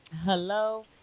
Hello